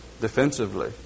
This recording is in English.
defensively